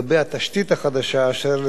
אשר, לצד השיפור באיכות והשירות,